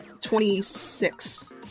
Twenty-six